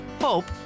hope